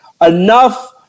enough